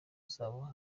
azaba